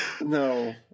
No